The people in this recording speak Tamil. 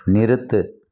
நிறுத்து